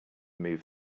move